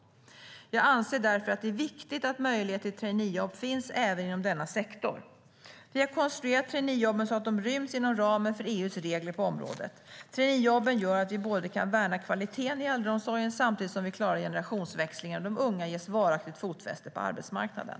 Jag anser därför att det är viktigt att möjlighet till traineejobb finns även inom denna sektor. Vi har konstruerat traineejobben så att de ryms inom ramen för EU:s regler på området. Traineejobben gör att vi både kan värna kvaliteten i äldreomsorgen samtidigt som vi klarar generationsväxlingen och de unga ges varaktigt fotfäste på arbetsmarknaden.